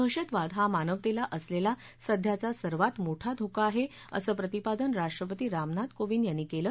दहशतवाद हा मानवतेला असलेला सध्याचा सर्वात मोठा धोका आहे असं प्रतिपादन राष्ट्रपती रामनाथ कोविंद यांनी केलं